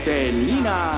Selena